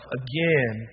again